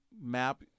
map